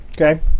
Okay